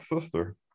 sister